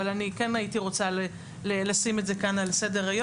אבל אני כן הייתי רוצה לשים את זה כאן על סדר-היום,